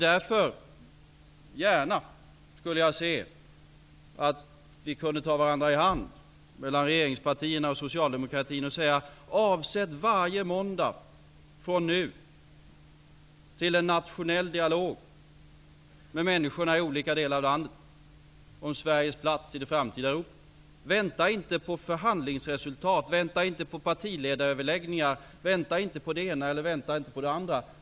Därför skulle jag gärna se att vi i regeringspartierna och ni i socialdemokratin kunde ta varandra i hand och från nu avsätta varje måndag till en nationell dialog med människorna i olika delar av landet, en dialog om Sveriges plats i det framtida Europa. Vänta inte på förhandlingsresultat, vänta inte på partiledaröverläggningar, vänta inte på det ena eller det andra!